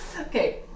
okay